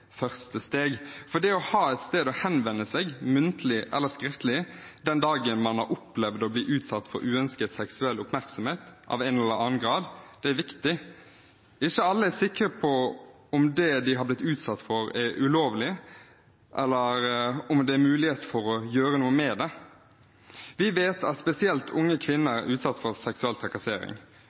første steg. For det å ha et sted å henvende seg – muntlig eller skriftlig – den dagen man har opplevd å bli utsatt for uønsket seksuell oppmerksomhet av en eller annen grad, er viktig. Ikke alle er sikre på om det de har blitt utsatt for, er ulovlig, eller om det er mulighet for å gjøre noe med det. Vi vet at spesielt unge kvinner er utsatt for seksuell trakassering,